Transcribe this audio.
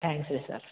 thanks ರೀ sir